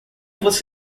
você